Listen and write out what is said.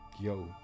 Yo